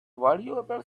valuable